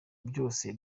byose